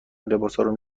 لباسارو